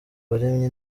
waremye